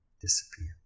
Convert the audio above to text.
disappear